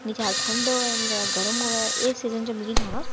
नि ज्यादा ठंड होऐ नि ज्यादा गर्म होऐ एह् सीजन च मिगी जाना